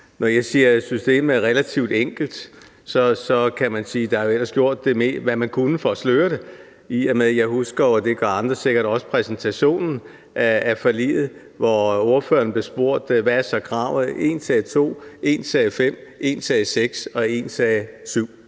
Når jeg siger, at systemet er relativt enkelt, så kan man sige, at man jo ellers har gjort, hvad man kunne for at sløre det. For jeg husker jo – og det gør andre sikkert også – præsentationen af forliget, hvor ordførererne blev spurgt: Hvad er så kravet? En sagde